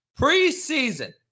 Preseason